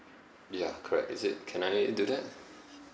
ya correct is it can I do that